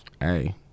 Hey